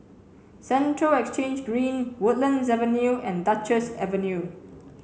Central Exchange Green Woodlands Avenue and Duchess Avenue